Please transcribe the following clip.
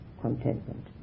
Contentment